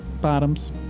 bottoms